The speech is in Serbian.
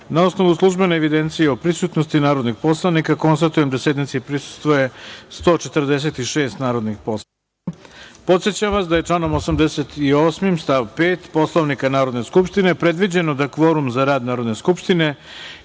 osnovu službene evidencije o prisutnosti narodnih poslanika, konstatujem da sednici prisustvuje 146 narodnih poslanika. Podsećam vas da je članom 88. stav 5. Poslovnika Narodne skupštine predviđeno da kvorum za rad Narodne skupštine